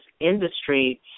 industry